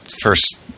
first